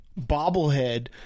bobblehead